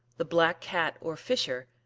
the black cat or fisher,